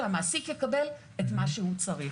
והמעסיק יקבל את מה שהוא צריך.